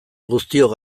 guztiok